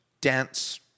dance